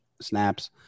snaps